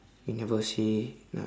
you never say na~